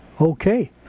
Okay